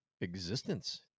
existence